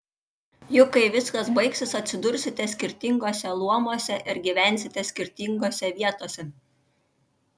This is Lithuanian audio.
juk kai viskas baigsis atsidursite skirtinguose luomuose ir gyvensite skirtingose vietose